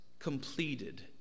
completed